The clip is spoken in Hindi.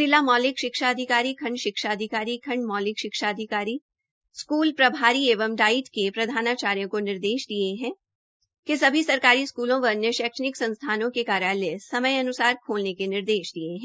जिला मौलिक शिक्षा अधिकारी खंड शिक्षा अधिकारी खंड मौलिक शिक्षा अधिकारी स्कूल मुखियाप्रभारी एवं डाइट के प्रधानाचार्यो को निर्देश दिए हैं कि सभी सरकारी स्कूलों व अन्य शैक्षणिक संस्थानों के कार्यालय समयान्सार खोलेने के निर्देश दिये है